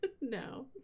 No